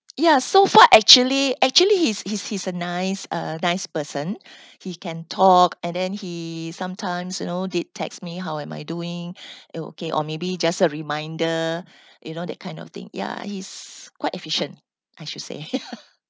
ya so far actually actually he's he's he's a nice uh nice person he can talk and then he sometimes you know they text me how am I doing it okay or maybe just a reminder you know that kind of thing ya he's quite efficient I should say